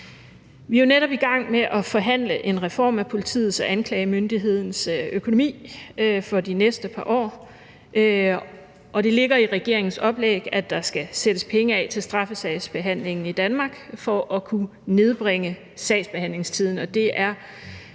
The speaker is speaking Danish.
Vi er jo netop i gang med at forhandle en reform af politiets og anklagemyndighedens økonomi for de næste par år, og det ligger i regeringens oplæg, at der skal sættes penge af til straffesagsbehandlingen i Danmark for at kunne nedbringe sagsbehandlingstiden.